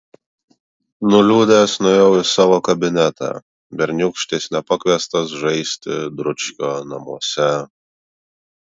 nuliūdęs nuėjau į savo kabinetą berniūkštis nepakviestas žaisti dručkio namuose